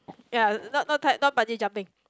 ya not not not bungee jumping